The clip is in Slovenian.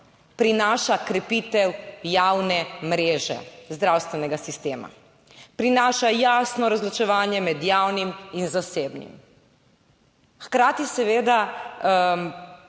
prinaša krepitev javne mreže zdravstvenega sistema. Prinaša jasno razločevanje med javnim in zasebnim. Hkrati seveda